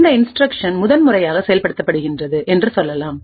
இந்தஇன்ஸ்டிரக்ஷன் முதன்முறையாக செயல்படுத்தப்படுகிறது என்று சொல்லலாம்